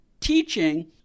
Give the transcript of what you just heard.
teaching